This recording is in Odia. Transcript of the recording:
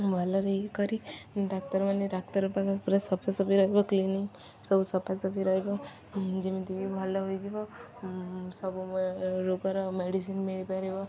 ଭଲ ହେଇ କରି ଡାକ୍ତରମାନେ ଡାକ୍ତର ପୁରା ସଫାସଫି ରହିବ କ୍ଲିନିକ ସବୁ ସଫାସଫି ରହିବ ଯେମିତିକି ଭଲ ହୋଇଯିବ ସବୁ ରୋଗର ମେଡ଼ିସିନ ମିଳିପାରିବ